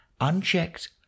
unchecked